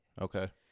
okay